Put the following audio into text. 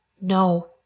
no